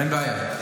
אין בעיה.